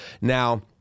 Now